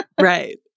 Right